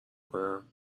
کنم